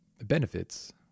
benefits